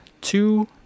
two